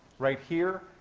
right here,